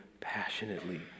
passionately